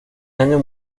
años